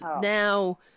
now